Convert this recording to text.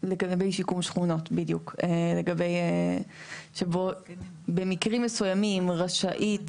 לגבי שיקום שכונות שבו במקרים מסוימים רשאית